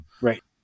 Right